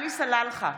עלי סלאלחה,